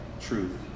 Truth